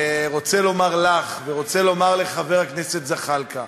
רוצה לומר לך, רוצה לומר לחבר הכנסת זחאלקה,